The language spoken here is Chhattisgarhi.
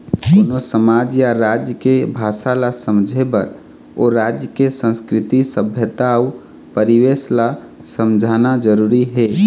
कोनो समाज या राज के भासा ल समझे बर ओ राज के संस्कृति, सभ्यता अउ परिवेस ल समझना जरुरी हे